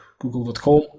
google.com